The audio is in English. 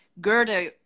Gerda